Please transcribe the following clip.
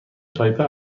تایپه